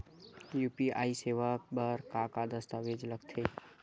UPI सेवा बर का का दस्तावेज लगथे?